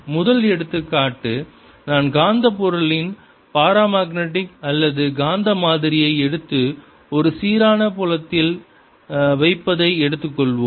முதல் எடுத்துக்காட்டு நான் காந்தப் பொருளின் பரமக்நெடிக் அல்லது காந்த மாதிரியை எடுத்து ஒரு சீரான புலத்தில் வைப்பதை எடுத்துக்கொள்வோம்